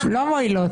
מי נמנע?